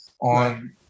on